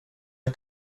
jag